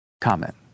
comment